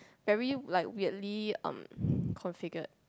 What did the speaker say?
very like weirdly um configured